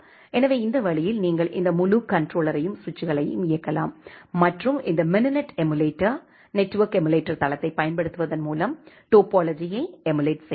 எனவே இந்த வழியில் நீங்கள் இந்த முழு கண்ட்ரோலறையும் சுவிட்சுகளையும் இயக்கலாம் மற்றும் இந்த மினினேட் எமுலேட்டர் நெட்வொர்க் எமுலேட்டர் தளத்தைப் பயன்படுத்துவதன் மூலம் டோபோலஜியை எமுலேட் செய்யலாம்